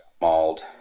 mauled